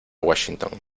washington